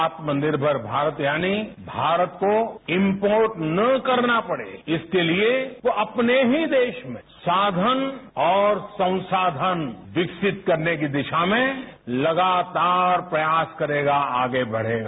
आत्मनिर्भर भारत यानी भारत को इम्पोर्ट न करना पड़े इसके लिए वो अपने ही देश में साधन और संसाधन विकसित करने की दिशा में लगातार प्रयास करेगा आगे बढ़ेगा